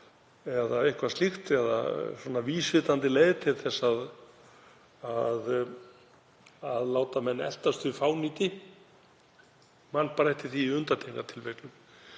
eða eitthvað slíkt eða vísvitandi leiðir til þess að að láta menn eltast við fánýti, ég man bara eftir því í undantekningartilfellum.